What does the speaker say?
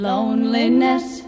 Loneliness